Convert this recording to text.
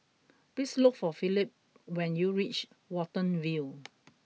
please look for Philip when you reach Watten View